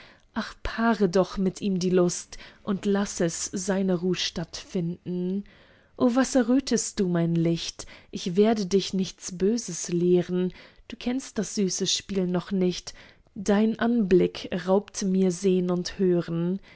ach paare doch mit ihm die lust und laß es seine ruhstatt finden vor was errötest du mein licht ich werde dich nichts böses lehren du kennst das süße spiel noch nicht dein anblick raubt mir sehn und hören